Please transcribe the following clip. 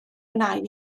nain